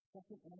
Second